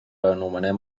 anomenem